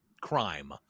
crime